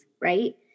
right